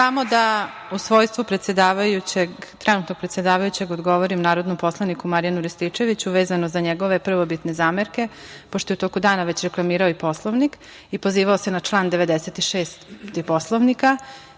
Samo da u svojstvu trenutno predsedavajućeg odgovorim narodnom poslaniku Marijanu Rističevuću vezano za njegove prvobitne zamerke, pošto je u toku dana već reklamirao i Poslovnik i pozivao se na član 96. Poslovnika. Podsetila